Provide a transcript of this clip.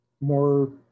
More